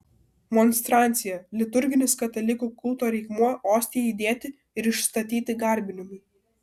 monstrancija liturginis katalikų kulto reikmuo ostijai įdėti ir išstatyti garbinimui